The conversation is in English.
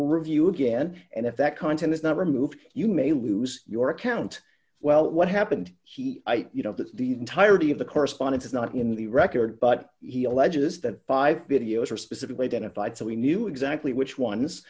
review again and if that content is not removed you may lose your account well what happened he you know that the entirety of the correspondence is not in the record but he alleges that five videos are specifically identified so we knew exactly which ones